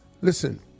Listen